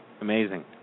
Amazing